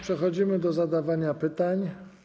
Przechodzimy do zadawania pytań.